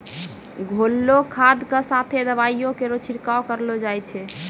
घोललो खाद क साथें दवाइयो केरो छिड़काव करलो जाय छै?